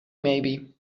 maybe